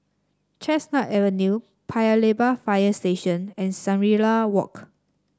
Chestnut Avenue Paya Lebar Fire Station and Shangri La Walk